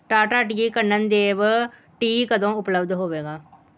Tata D Kannan Dev tea ਕਦੋਂ ਉਪਲੱਬਧ ਹੋਵੇਗਾ